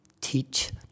teach